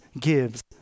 gives